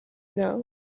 know